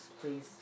please